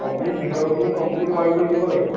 complete ভিতৰৰখিনি complete ৱাইং কৰি দিব লাগিব